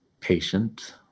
patient